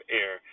air